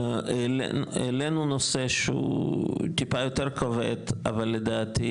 העלינו נושא שהוא טיפה יותר כבד, אבל לדעתי